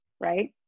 right